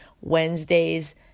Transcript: Wednesdays